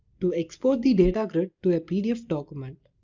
to export the data grid to a pdf document?